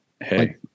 hey